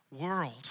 world